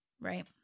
right